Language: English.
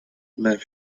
let